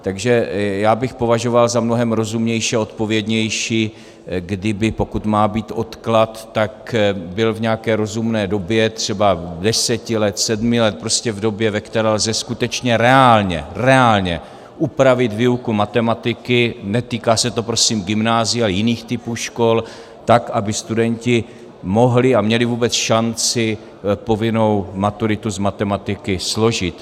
Takže já bych považoval za mnohem rozumnější a odpovědnější, kdyby pokud má být odklad, tak byl v nějaké rozumné době, třeba deseti let, sedmi let, prostě v době, ve které lze skutečně reálně reálně! upravit výuku matematiky, netýká se to prosím gymnázia a jiných typů škol, tak aby studenti mohli a měli vůbec šanci povinnou maturitu z matematiky složit.